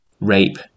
rape